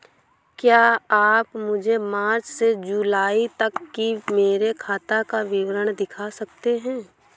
क्या आप मुझे मार्च से जूलाई तक की मेरे खाता का विवरण दिखा सकते हैं?